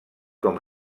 com